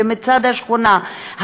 מצד השכונה,